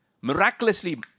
Miraculously